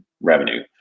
revenue